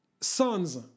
sons